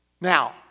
now